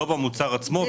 לא במוצר עצמו,